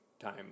time